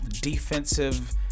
defensive